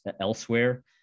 elsewhere